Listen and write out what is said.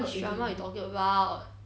which drama you talking about